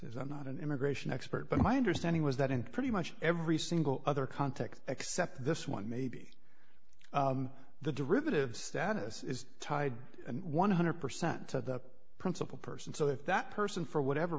as i'm not an immigration expert but my understanding was that in pretty much every single other context except this one maybe the derivative status is tied one hundred percent to the principal person so if that person for whatever